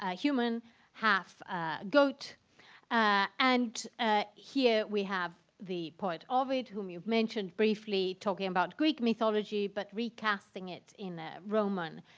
ah human half goat and here we have the poet ovid whom you've mentioned briefly talking about greek mythology but recasting it in a roman